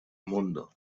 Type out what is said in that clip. mundo